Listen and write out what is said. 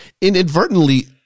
inadvertently